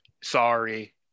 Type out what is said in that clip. sorry